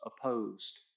opposed